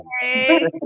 hey